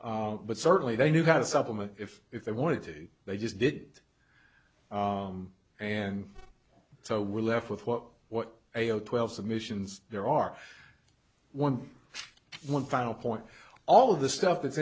meehan but certainly they knew how to supplement if if they wanted to they just did and so we're left with what what ayo twelve submissions there are one one final point all of the stuff that's